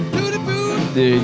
Dude